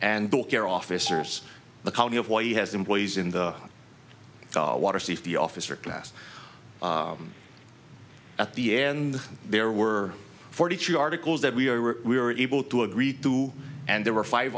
the care officers the county of why he has employees in the water safety officer class at the end there were forty two articles that we were we were able to agree to and there were five